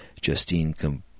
Justine